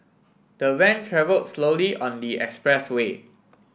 the van travelled slowly on the expressway